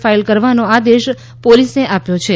file કરવાનો આદેશ પોલીસને આપ્યા છે